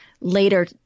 later